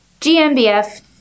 GMBF